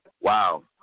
Wow